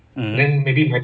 mm